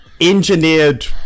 engineered